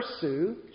pursue